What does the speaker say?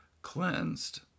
Cleansed